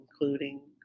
including